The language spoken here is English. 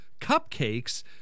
Cupcakes